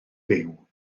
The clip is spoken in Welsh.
fyw